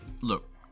Look